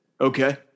Okay